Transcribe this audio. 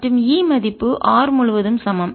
மற்றும் E மதிப்பு r முழுவதும் சமம்